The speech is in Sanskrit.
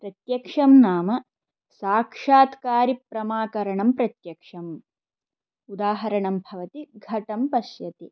प्रत्यक्षं नाम साक्षात्कारिप्रमाकरणं प्रत्यक्षम् उदाहरणं भवति घटं पश्यति